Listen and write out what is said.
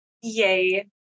Yay